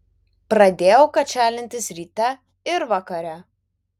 pradėjau kačialintis ryte ir vakare